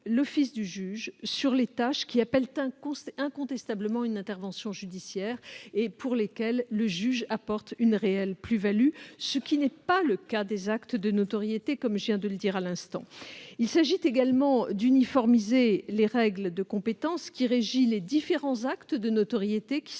l'office du juge sur les tâches qui appellent incontestablement une intervention judiciaire et pour lesquelles le juge apporte une réelle plus-value, ce qui n'est pas le cas des actes de notoriété. Il s'agit également d'uniformiser les règles de compétence régissant les différents actes de notoriété établis